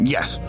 Yes